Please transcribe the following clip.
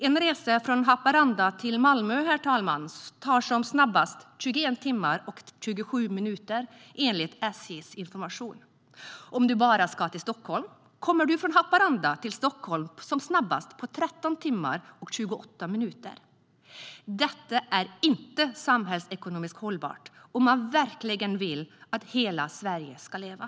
En resa från Haparanda till Malmö tar som snabbast 21 timmar och 27 minuter, enligt SJ:s information. Ska man bara till Stockholm kommer man snabbast från Haparanda till Stockholm på 13 timmar och 28 minuter. Detta är inte samhällsekonomiskt hållbart om man verkligen vill att hela Sverige ska leva.